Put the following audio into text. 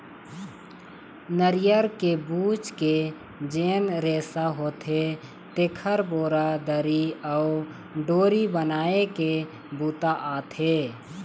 नरियर के बूच के जेन रेसा होथे तेखर बोरा, दरी अउ डोरी बनाए के बूता आथे